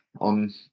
on